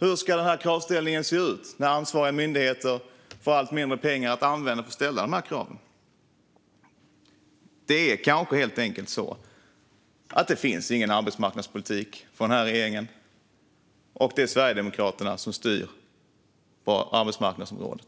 Hur ska kravställningen se ut när ansvariga myndigheter får allt mindre pengar att använda för att ställa dessa krav? Det kanske helt enkelt inte finns någon arbetsmarknadspolitik hos den här regeringen, utan det är Sverigedemokraterna som styr på arbetsmarknadsområdet.